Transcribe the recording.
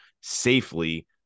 safely